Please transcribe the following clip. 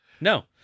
No